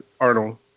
Arnold